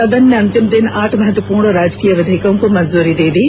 सदन ने अंतिम दिन आठ महत्वपूर्ण राजकीय विधेयक को मंजूरी प्रदान कर दी